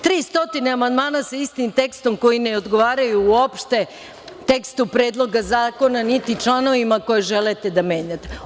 Tri stotine amandmana sa istim tekstom koji ne odgovaraju uopšte tekstu Predloga zakona niti članovima koje želite da menjate.